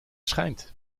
schijnt